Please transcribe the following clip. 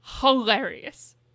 Hilarious